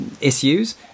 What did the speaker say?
issues